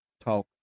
talk